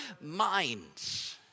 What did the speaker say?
minds